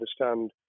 understand